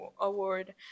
award